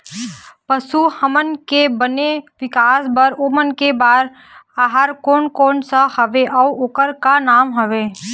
पशु हमन के बने विकास बार ओमन के बार आहार कोन कौन सा हवे अऊ ओकर का नाम हवे?